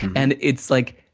and, it's like,